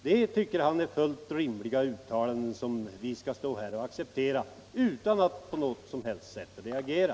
Det tycker han är fullt rimliga uttalanden som vi här skall acceptera utan att på något sätt reagera.